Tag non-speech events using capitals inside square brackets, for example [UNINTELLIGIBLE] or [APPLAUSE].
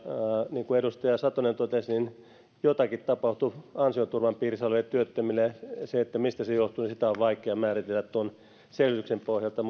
niin kuin edustaja satonen totesi jotakin tapahtui ansioturvan piirissä oleville työttömille sitä mistä se johtuu on vaikea määritellä tuon selvityksen pohjalta [UNINTELLIGIBLE]